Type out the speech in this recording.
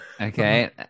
Okay